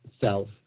self